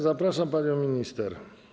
Zapraszam panią minister.